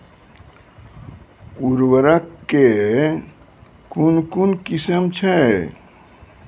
उर्वरक कऽ कून कून किस्म छै?